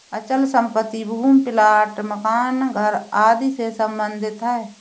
अचल संपत्ति भूमि प्लाट मकान घर आदि से सम्बंधित है